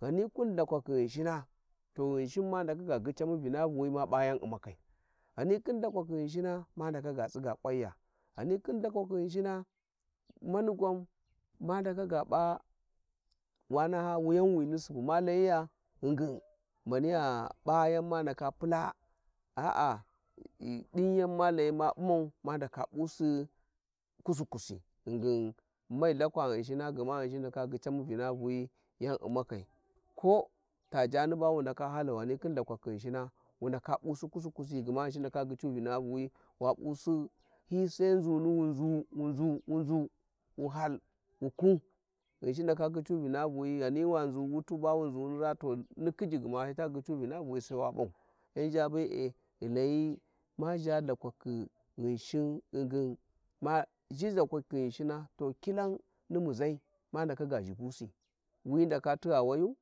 Gheni khin Lhakuwakhi ghinshina to ghinshin ma ndaka ga gyeamu vinaruwa ma p'a yan u`makai, ghani khm lhakwalkni ghimshina ma ndala tsiga kwanya ghani Khin chakwakh ghini khing mani gwan ma ndaka ga p`a wa naha wuyanwini subu ma layiya ghingın ya p`a yan ma ndaka pula a a ghi din yan ma layi ma uimau ma ndala p'usi kusi kusi ghingin mai Lhskwa ghinshing gma ghinshin ndaka gyicamu vincuuwi wan u`makai ko ta jaani ba wou nasks. Halau qhani khin chakwakhi ghinshing wu niletea p'usi kusi kusi gma ghinshin náska gyi cu vinquuwi wa plusz hi sai nzunu, wu nzu wu nzu wu hal wu leu ghinshin ndaka gyicu vinguuwi ghani wa nzu wuti, ba wu nzu ni raa hi teniji gma sai ta gyicy vinavuwin wa pan yan ana be`e ghi yan gha lhakuwakhi ghinshin ghingin ma ghi lhatarakni ghinshima to kilan ni muzai ma ndaka ga zhibusi ndaka tugha wayu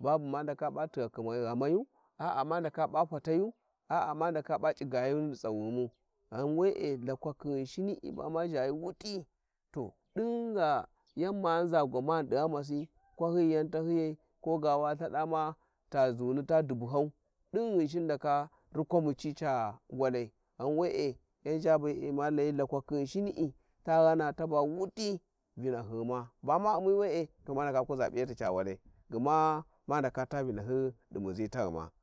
babu ina ndaka p'a tighakni ghamayu a a ma ndaka p`a fatayu, a a ma ndaka p`a cigayuni di tsaughumu, ghan we`e lhakwakhi ghinshini' i bama ghayi wuti to dingha yan ma nza gurariani di ghamaisi kwahyi yan tahyiysi ko usa Ithads ma ta zuuni ta dubuhay din ghimshin ndala rukwami ci ca walai ghan we`e yan zha be`e ma layi, lhakwathi ghinshini'i ta ghana tabą wuti vinahyi ghuma bu ma u'mi we`e to ma ndaka kuza p`i yatia walai gma ma ndaka ta vinshyi, di muzi tagnuma.